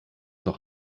doch